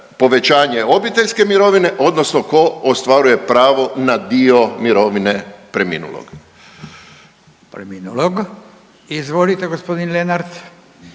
povećanje obiteljske mirovine odnosno tko ostvaruje pravo na dio mirovine preminulog. **Radin, Furio (Nezavisni)**